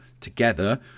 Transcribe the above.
together